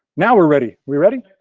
now we're ready. we're ready?